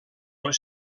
les